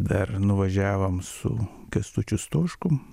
dar nuvažiavom su kęstučiu stoškum